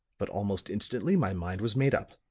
but almost instantly my mind was made up.